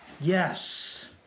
Yes